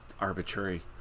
arbitrary